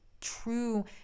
true